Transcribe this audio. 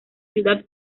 ciudad